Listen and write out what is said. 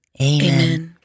Amen